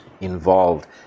involved